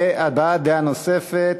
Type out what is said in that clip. הבעת דעה נוספת,